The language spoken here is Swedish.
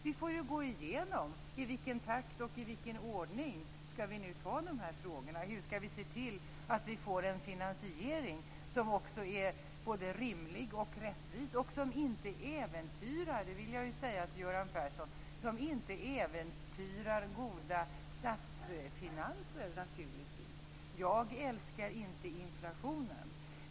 Vi får gå igenom i vilken takt och i vilken ordning vi nu skall ta de här frågorna och hur vi skall se till att få en finansiering som är både rimlig och rättvis och som inte - det vill jag säga till Jag älskar inte inflationen.